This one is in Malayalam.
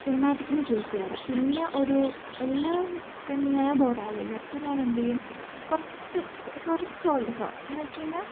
സിനിമാറ്റിക്കിന് ചൂസ് ചെയ്യാറ് പിന്നെ ഒരു എല്ലാം ട്രെൻറ്റിങ്ങായാൽ ബോറാകില്ലേ അപ്പം ഞാനെന്തു ചെയ്യും കുറച്ച് കുറച്ച് ഓൾഡ് സോങ്ങ് എന്നുവെച്ചു കഴിഞ്ഞാൽ